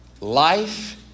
Life